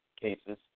cases